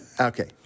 Okay